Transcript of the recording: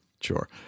Sure